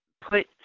put –